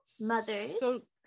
mothers